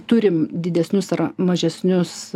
turim didesnius ar mažesnius